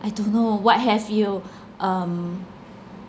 I don't know what have you um